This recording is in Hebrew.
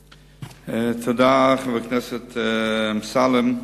תודה, חבר הכנסת אמסלם.